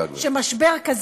וזכרו,